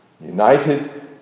United